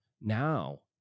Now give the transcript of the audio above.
Now